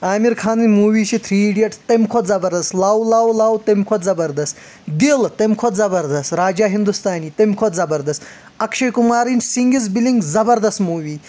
عامر خاننۍ مووی چھِ three idiots تَمہِ کھۄتہٕ زبردست لو لو لو تَمہِ کھۄتہٕ زبردست دِل تَمہِ کھۄتہٕ زبردست راجا ہِنٛدُستانی تَمہِ کھۄتہٕ زبردست اکشے کمارٕنۍ سنٛگ اِز بِلنٛگ زَبردست موٗوی